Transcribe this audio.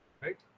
right